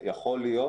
יכול להיות